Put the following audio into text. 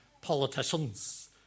politicians